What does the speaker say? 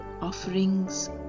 offerings